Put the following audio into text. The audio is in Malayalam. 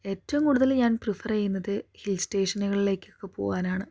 ഏറ്റവും കൂടുതല് ഞാൻ പ്രീഫെറ് ചെയ്യുന്നത് ഹിൽ സ്റ്റേഷനുകളിലേക്കൊക്കെ പോകാനാണ്